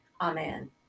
Amen